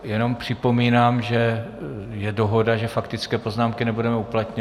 Jenom připomínám, že je dohoda, že faktické poznámky nebudeme uplatňovat.